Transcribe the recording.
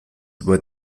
were